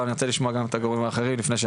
אבל אני רוצה לשמוע גם את הגורמים האחרים לפני.